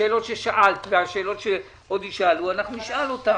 והשאלות ששאלת והשאלות שעוד יישאלו אנחנו נשאל אותן.